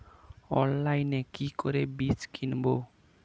অনলাইনে কি করে বীজ কিনব?